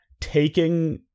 taking